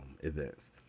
events